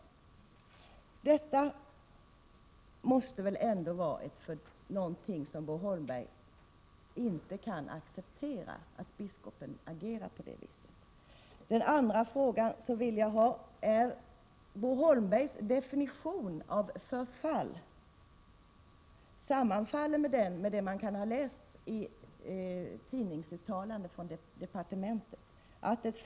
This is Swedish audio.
Kan civilministern acceptera att biskopen agerar på detta sätt? Den andra frågan lyder: Vilken är Bo Holmbergs definition av förfall? Sammanfaller definitionen med departementsuttalanden som man har kunnat läsa om i tidningarna?